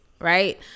right